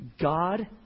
God